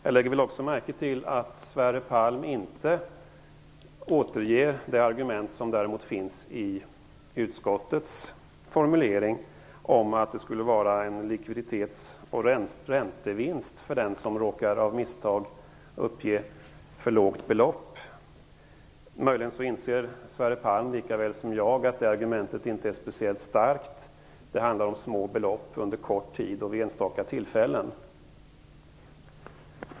Jag lägger också märke till att Sverre Palm inte anför det argument som återfinns i utskottets formulering, att det skulle uppstå en likviditets och räntevinst för den som av misstag råkar uppge ett för lågt belopp. Möjligen inser Sverre Palm lika väl som jag att det argumentet inte är särskilt starkt. Det handlar om små belopp under kort tid och vid enstaka tillfällen.